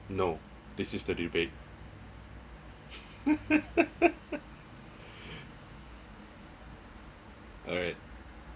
no this is the debate alright